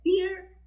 fear